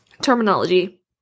Terminology